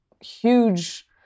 huge